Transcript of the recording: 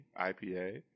IPA